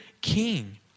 king